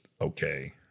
okay